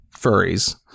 furries